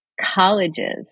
colleges